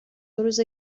روزه